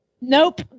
nope